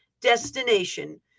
destination